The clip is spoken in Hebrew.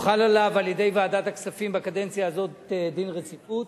על-ידי ועדת הכספים בקדנציה הזאת דין רציפות,